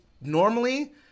normally